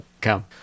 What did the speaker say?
come